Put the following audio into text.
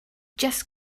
just